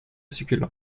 succulent